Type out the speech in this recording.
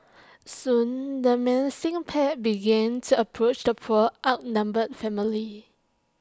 soon the menacing pack began to approach the poor outnumbered family